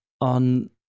on